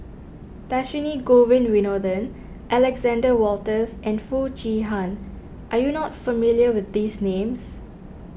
Dhershini Govin Winodan Alexander Wolters and Foo Chee Han are you not familiar with these names